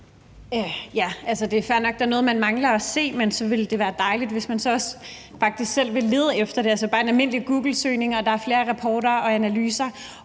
Altså, det er fair nok, at der er noget, man mangler at se, men så ville det være dejligt, hvis man så også faktisk selv ville lede efter det – altså bare med en almindelig googlesøgning – for der er flere rapporter og analyser